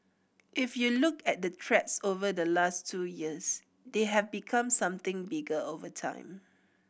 if you look at the threats over the last two years they have become something bigger over time